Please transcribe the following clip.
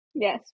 Yes